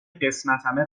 قسمتمه